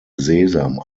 sesam